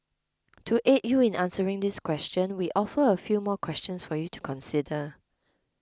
to aid you in answering this question we offer a few more questions for you to consider